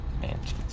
mansions